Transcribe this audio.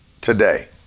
today